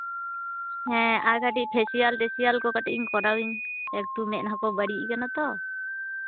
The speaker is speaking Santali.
ᱦᱮᱸ ᱟᱨ ᱠᱟᱹᱴᱤᱡ ᱯᱷᱮᱥᱤᱭᱟᱞ ᱴᱮᱥᱤᱭᱟᱞ ᱠᱚ ᱠᱚᱨᱟᱣᱟᱹᱧ ᱮᱠᱴᱩ ᱢᱮᱫᱦᱟ ᱠᱚ ᱵᱟᱹᱲᱤᱡ ᱠᱟᱱᱟ ᱛᱚ